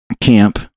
camp